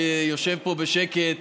שיושב פה בשקט